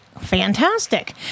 fantastic